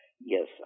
Yes